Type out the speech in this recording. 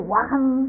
one